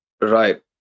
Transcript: right